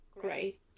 great